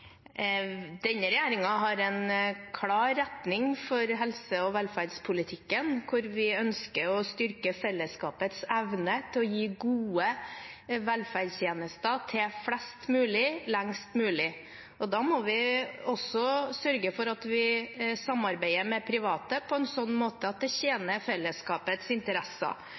Denne regjeringen har en klar retning for helse- og velferdspolitikken, der vi ønsker å styrke fellesskapets evne til å gi gode velferdstjenester til flest mulig, lengst mulig. Da må vi også sørge for at vi samarbeider med private på en sånn måte at det tjener fellesskapets interesser.